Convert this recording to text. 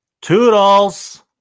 Toodles